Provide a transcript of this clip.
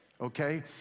Okay